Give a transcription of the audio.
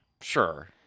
Sure